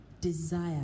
desire